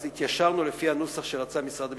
אז התיישרנו לפי הנוסח שרצה משרד המשפטים,